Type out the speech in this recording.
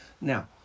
Now